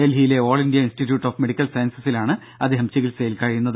ഡൽഹിയിലെ all India institute of medical സയൻസസിലാണ് അദ്ദേഹം ചികിത്സയിൽ കഴിയുന്നത്